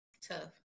Tough